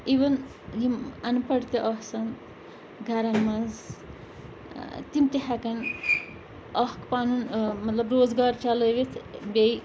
اِوٕن یِم اَن پَڑھ تہِ آسَن گَرَن منٛز تِم تہِ ہٮ۪کَن اَکھ پَنُن مطلب روزگار چَلٲوِتھ بیٚیہِ